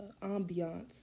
ambiance